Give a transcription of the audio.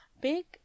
big